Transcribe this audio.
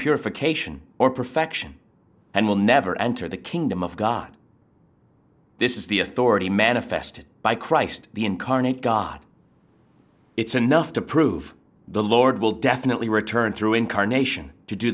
purification or perfection and will never enter the kingdom of god this is the authority manifested by christ the incarnate god it's enough to prove the lord will definitely return through incarnation to do